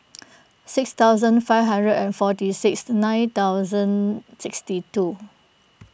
six thousand five hundred and forty six nine thousand sixty two